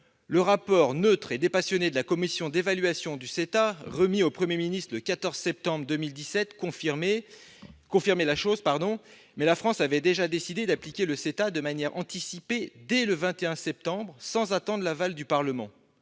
Le rapport neutre et dépassionné de la commission d'évaluation du CETA, remis au Premier ministre le 14 septembre 2017, l'a confirmé. Mais la France avait déjà décidé d'appliquer le CETA de manière anticipée dès le 21 septembre, sans attendre l'aval du Parlement.